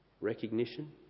Recognition